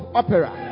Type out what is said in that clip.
opera